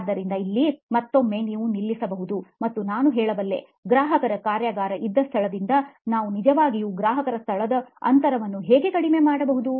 ಆದ್ದರಿಂದ ಇಲ್ಲಿ ಮತ್ತೊಮ್ಮೆ ನೀವು ನಿಲ್ಲಿಸಬಹುದು ಮತ್ತು ನಾನು ಹೇಳಬಲ್ಲೆ ಗ್ರಾಹಕರ ಕಾರ್ಯಾಗಾರ ಇದ್ದ ಸ್ಥಳದಿಂದ ನಾವು ನಿಜವಾಗಿಯೂ ಗ್ರಾಹಕರ ಸ್ಥಳದ ಅಂತರವನ್ನು ಹೇಗೆ ಕಡಿಮೆ ಮಾಡಬಹುದು